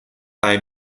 bei